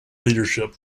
leadership